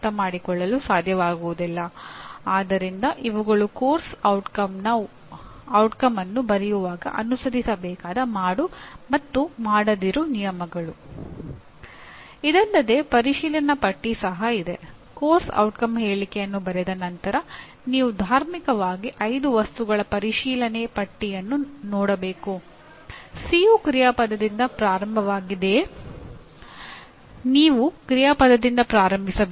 ಮಧ್ಯಸ್ಥಿಕೆಗಳು ಸಾಮಾನ್ಯವಾಗಿ ಪ್ರಶ್ನಿಸುವುದು ಕೇಳುವುದು ಮಾಹಿತಿ ನೀಡುವುದು ಅಥವಾ ನಾವು ಮಾಹಿತಿಯನ್ನು ವರ್ಗಾವಣೆ ಮಾಡುವುದು ಮತ್ತು ಕೆಲವು ವಿದ್ಯಮಾನಗಳನ್ನು ವಿವರಿಸುವುದು ಕೌಶಲ್ಯ ಅಥವಾ ಪ್ರಕ್ರಿಯೆಯನ್ನು ಪ್ರದರ್ಶಿಸುವುದು ಪರೀಕ್ಷೆ ತಿಳುವಳಿಕೆ ಮತ್ತು ಸಾಮರ್ಥ್ಯವನ್ನು ಪ್ರದರ್ಶಿಸುವುದು ಮತ್ತು ಕಲಿಕೆಯ ಚಟುವಟಿಕೆಗಳಿಗೆ ಅನುಕೂಲವಾಗುವಂತೆ ರೂಪಿಸುವುದು